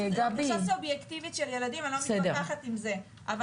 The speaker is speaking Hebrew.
לא, לא,